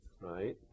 right